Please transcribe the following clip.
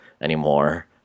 anymore